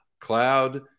cloud